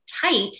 tight